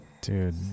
Dude